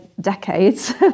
decades